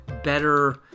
better